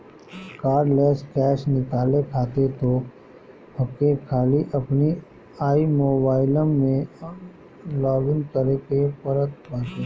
cardless cash निकाले खातिर तोहके खाली अपनी आई मोबाइलम में लॉगइन करे के पड़त बाटे